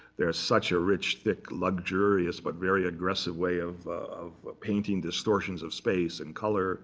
there is such a rich, thick, luxurious, but very aggressive way of of painting distortions of space and color